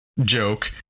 joke